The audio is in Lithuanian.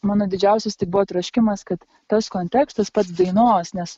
mano didžiausias tai buvo troškimas kad tas kontekstas pats dainos nes